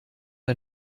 ein